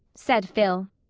said phil.